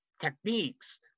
techniques